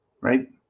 right